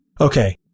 okay